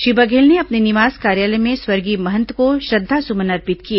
श्री बघेल ने अपने निवास कार्यालय में स्वर्गीय महंत को श्रद्वा सुमन अर्पित किए